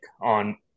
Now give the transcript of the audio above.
on